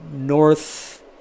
North